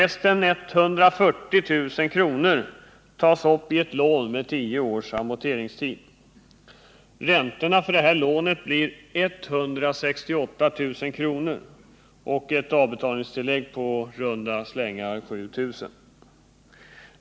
Resten, 140 000 kr., tas uppi ett lån med 10 års amorteringstid. Räntorna för detta lån blir 168 000 kr. samt ett avbetalningstillägg på runt 7 000.